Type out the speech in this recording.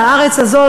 לארץ הזאת?